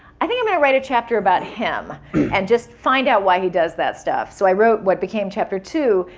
i think i might write a chapter about him and just find out why he does that stuff. so, i wrote what became chapter two.